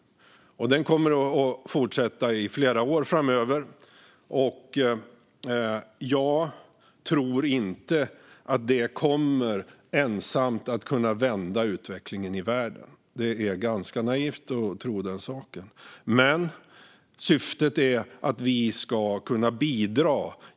Den kommer att fortsätta i flera år framöver. Jag tror inte att detta ensamt kommer att kunna vända utvecklingen i världen - det vore ganska naivt att tro den saken - men syftet är att vi ska kunna bidra.